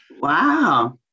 Wow